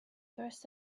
first